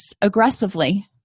aggressively